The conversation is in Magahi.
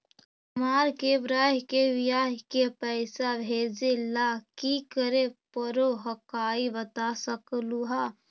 हमार के बह्र के बियाह के पैसा भेजे ला की करे परो हकाई बता सकलुहा?